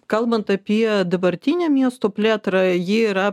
kalbant apie dabartinę miesto plėtrą ji yra